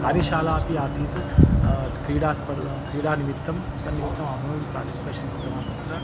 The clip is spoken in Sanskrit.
कार्यशालापि आसीत् क्रीडा स्पर् क्रीडानिमित्तं तन्निमित्तम् अहमपि पार्टिस्पेशन् कृतवान् तत्र